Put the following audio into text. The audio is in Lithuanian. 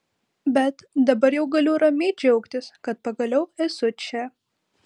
bet dabar jau galiu ramiai džiaugtis kad pagaliau esu čia